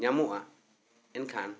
ᱧᱟᱢᱚᱜᱼᱟ ᱮᱱᱠᱷᱟᱱ